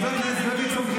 חבר הכנסת דוידסון,